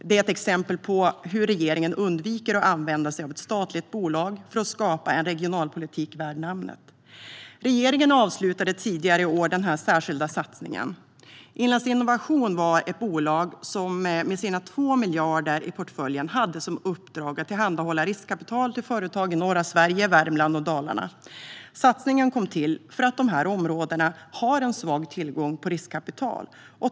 Det är ett exempel på hur regeringen undviker att använda sig av ett statligt bolag för att skapa en regionalpolitik värd namnet. Regeringen avslutade tidigare i år denna särskilda satsning. Inlandsinnovation var ett bolag som med sina 2 miljarder i portföljen hade i uppdrag att tillhandahålla riskkapital till företag i norra Sverige, Värmland och Dalarna. Satsningen kom till för att dessa områden har en svag tillgång på riskkapital.